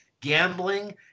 gambling